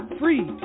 free